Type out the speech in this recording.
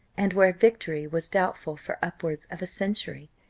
and where victory was doubtful for upwards of a century.